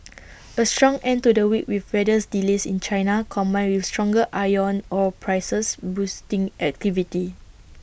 A strong end to the week with weathers delays in China combined with stronger iron ore prices boosting activity